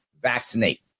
vaccinate